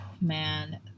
Man